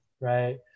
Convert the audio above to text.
right